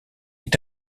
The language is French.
est